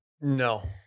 No